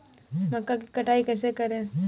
मक्का की कटाई कैसे करें?